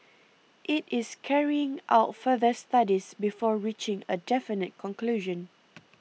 it is carrying out further studies before reaching a definite conclusion